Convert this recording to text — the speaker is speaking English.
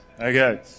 Okay